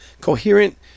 coherent